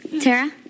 Tara